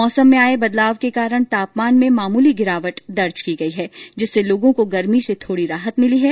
मौसम में आए बदलाव के कारण तापमान में मामूली गिरावट दर्ज की गई है जिससे लोगों को गर्मी से थोडी राहत मिली है